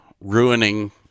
ruining